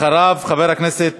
אחריו, חבר הכנסת